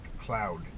cloud